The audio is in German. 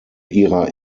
ihrer